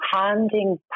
handing